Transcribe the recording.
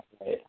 right